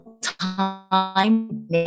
time